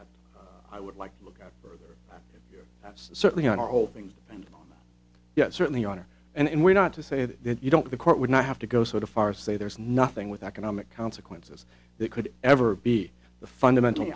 some i would like to look out for that's certainly on our old things and on yet certainly honor and we're not to say that you don't the court would not have to go so far say there's nothing with economic consequences that could ever be the fundamental